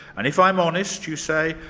and if i'm honest, you say,